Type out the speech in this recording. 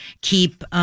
keep